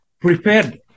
prepared